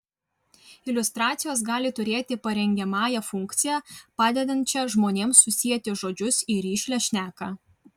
iliustracijos gali turėti parengiamąją funkciją padedančią žmonėms susieti žodžius į rišlią šneką